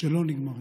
זה לא נגמר.